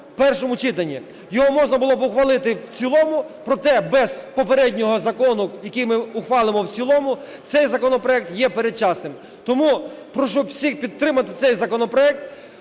в першому читанні. Його можна було б ухвалити в цілому, проте без попереднього закону, який ми ухвалимо в цілому, цей законопроект є передчасним. Тому прошу всіх підтримати цей законопроект.